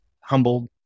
humbled